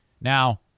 now